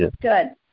Good